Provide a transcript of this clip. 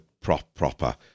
proper